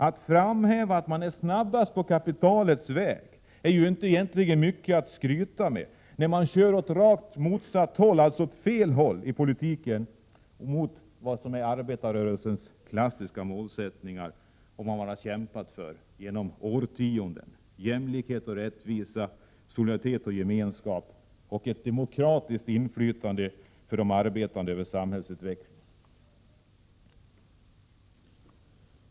Att framhäva att man är snabbast på kapitalets väg är inte mycket att skryta med när man kör åt rakt fel håll i politiken mot vad som är arbetarrörelsens klassiska målsättningar, som man kämpat för genom årtiondena: jämlikhet och rättvisa, solidaritet och gemenskap samt ett demokratiskt inflytande för de arbetande över samhällsutvecklingen.